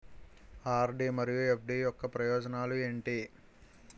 RD మరియు FD యొక్క ప్రయోజనాలు ఏంటి?